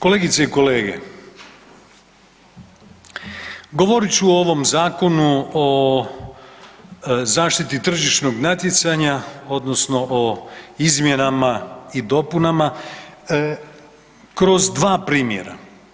Kolegice i kolege, govorit ću o ovom Zakonu o zaštiti tržišnog natjecanja, odnosno o izmjenama i dopunama kroz dva primjera.